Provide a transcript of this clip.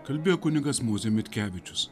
kalbėjo kunigas mozė mitkevičius